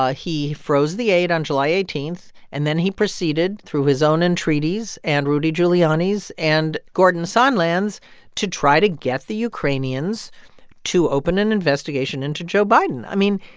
ah he froze the aid on july eighteen, and then he proceeded through his own entreaties and rudy giuliani's and gordon sondland's to try to get the ukrainians to open an investigation into joe biden. i mean,